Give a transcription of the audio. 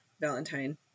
Valentine